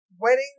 wedding